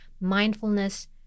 mindfulness